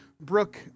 Brooke